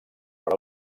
per